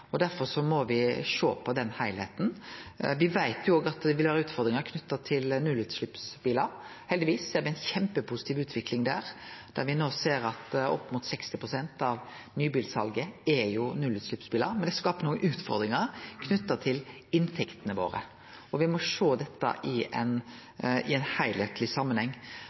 Derfor må me sjå på den heilskapen. Me veit òg at det vil vere utfordringar knytte til nullutsleppsbilar. Heldigvis er det ei kjempepositiv utvikling der, der me no ser at opp mot 60 pst. av nybilsalet er nullutsleppsbilar. Men det skaper nokre utfordringar knytte til inntektene våre. Me må sjå dette i ein heilskapleg samanheng. Men eg synest at den bompengereforma som blei gjennomført i